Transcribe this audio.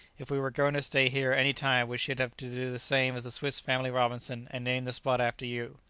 if we were going to stay here any time we should have to do the same as the swiss family robinson, and name the spot after you!